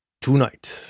Tonight